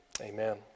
Amen